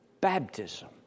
Baptism